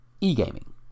e-gaming